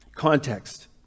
context